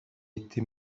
été